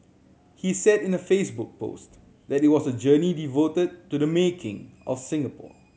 he said in a Facebook post that it was a journey devoted to the making of Singapore